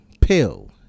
Pill